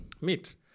meet